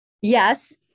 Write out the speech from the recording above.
Yes